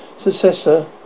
successor